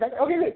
Okay